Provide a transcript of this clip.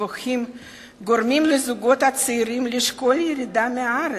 הגבוהים גורמים לזוגות הצעירים לשקול ירידה מן הארץ,